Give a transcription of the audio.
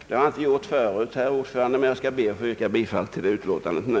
Det har jag inte gjort tidigare, herr talman, och jag skall be att få göra det nu.